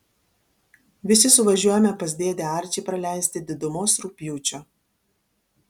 visi suvažiuojame pas dėdę arčį praleisti didumos rugpjūčio